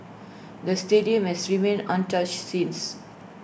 the stadium has remained untouched since